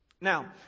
Now